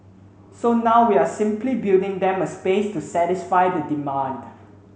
so now we're simply building them a space to satisfy the demand